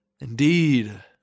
Indeed